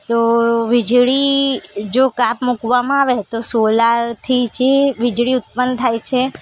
તો વીજળી જો કાપ મૂકવામાં આવે છે તો સોલારથી જે વીજળી ઉત્પન્ન થાય છે